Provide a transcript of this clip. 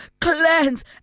cleanse